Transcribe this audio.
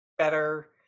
better